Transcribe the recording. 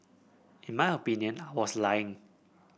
in my opinion I was lying